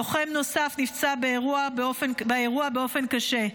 לוחם נוסף נפצע באירוע באופן קשה.